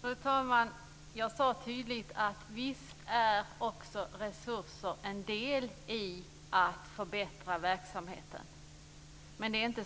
Fru talman! Jag sade tydligt att också resurser visst bidrar till att förbättra verksamheten, men man kan inte